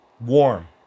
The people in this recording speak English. Warm